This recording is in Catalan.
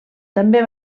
també